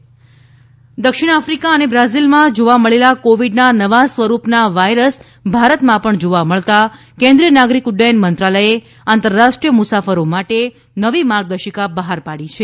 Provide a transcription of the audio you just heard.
વિમાન માર્ગદર્શિકા દક્ષિણ આફ્રિકા અને બ્રાઝિલમાં જોવા મળેલા કોવિડના નવા સ્વરૂપના વાયરસ ભારતમાં પણ જોવા મળતાં કેન્દ્રીય નાગરીક ઉદ્દયન મંત્રાલયે આંતરરાષ્ટ્રીય મુસાફરો માટે નવા માર્ગદર્શિકા બહાર પાડી છે